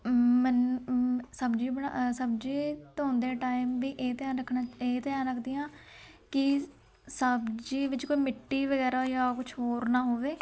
ਮੈਨ ਸਬਜ਼ੀ ਬਣਾ ਸਬਜ਼ੀ ਧੋਂਦੇ ਟਾਈਮ ਵੀ ਇਹ ਧਿਆਨ ਰੱਖਣਾ ਇਹ ਧਿਆਨ ਰੱਖਦੀ ਹਾਂ ਕਿ ਸਬਜ਼ੀ ਵਿੱਚ ਕੋਈ ਮਿੱਟੀ ਵਗੈਰਾ ਜਾਂ ਕੁਛ ਹੋਰ ਨਾ ਹੋਵੇ